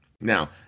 Now